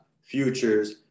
futures